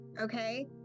Okay